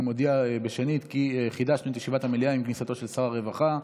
אני מודיע כי חידשנו את ישיבת המליאה עם כניסתו של שר הרווחה.